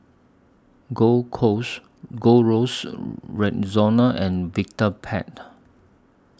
Gold Coast Gold Roast Rexona and Vitapet